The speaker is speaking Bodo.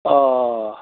अ